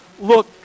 look